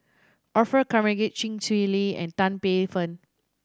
Orfeur Cavenagh Chee Swee Lee and Tan Paey Fern